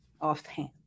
offhand